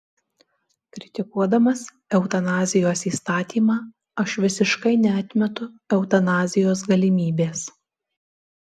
kritikuodamas eutanazijos įstatymą aš visiškai neatmetu eutanazijos galimybės